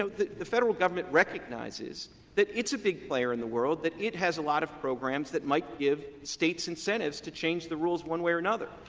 the the federal government recognizes that it's a big player in the world, that it has a lot of programs that might give states incentives to change the rules one way or another.